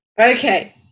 okay